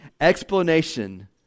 explanation